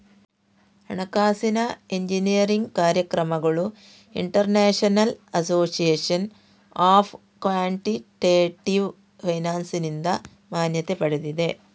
ಹಣಕಾಸಿನ ಎಂಜಿನಿಯರಿಂಗ್ ಕಾರ್ಯಕ್ರಮಗಳು international association of quantitative ಫೈನಾನ್ಸಿನಿಂದ ಮಾನ್ಯತೆ ಪಡೆದಿವೆ